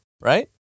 right